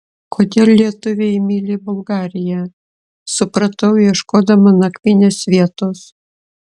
kodėl lietuviai myli bulgariją supratau ieškodama nakvynės vietos